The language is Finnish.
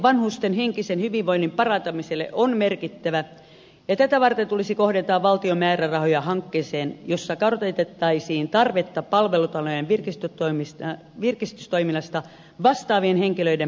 vanhusten henkisen hyvinvoinnin parantamisen tarve on merkittävä ja tätä varten tulisi kohdentaa valtion määrärahoja hankkeeseen jossa kartoitettaisiin tarvetta palvelutalojen virkistystoiminnasta vastaavien henkilöiden palkkaamiseksi